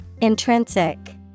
Intrinsic